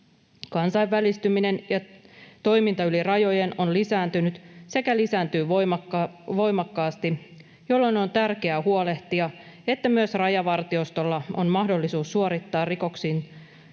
Kansainvälistyminen ja toiminta yli rajojen on lisääntynyt sekä lisääntyy voimakkaasti, jolloin on tärkeää huolehtia, että myös Rajavartiostolla on mahdollisuus suorittaa